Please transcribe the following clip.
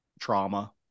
trauma